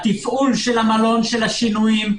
התפעול של המלון, של השינויים,